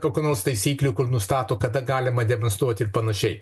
kokių nors taisyklių kur nustato kada galima demonstruot ir panašiai